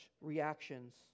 reactions